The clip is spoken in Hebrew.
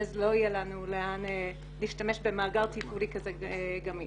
לא נוכל להשתמש במאגר תפעולי כזה גמיש.